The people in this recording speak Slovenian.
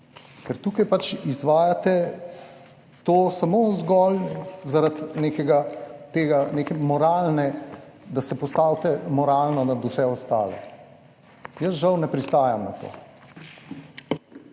ker tukaj pač izvajate to samo in zgolj zaradi nekega, tega, neke moralne, da se postavite moralno nad vse ostale. Jaz žal ne pristajam na to.